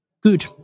good